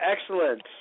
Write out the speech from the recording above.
excellent